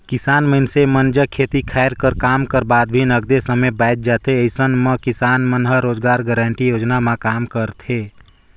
किसान मइनसे मन जग खेती खायर कर काम कर बाद भी नगदे समे बाएच जाथे अइसन म किसान मन ह रोजगार गांरटी योजना म काम करथे